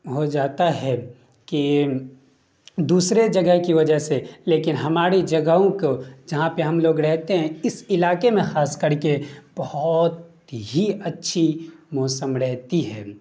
ہو جاتا ہے کہ دوسرے جگہ کی وجہ سے لیکن ہماری جگہوں کو جہاں پہ ہم لوگ رہتے ہیں اس علاقے میں خاص کر کے بہت ہی اچھی موسم رہتی ہے